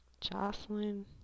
Jocelyn